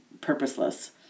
purposeless